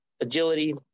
agility